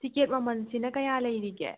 ticket ꯃꯃꯟꯁꯤꯅ ꯀꯌꯥ ꯂꯩꯔꯤꯒꯦ